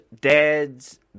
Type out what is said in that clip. dads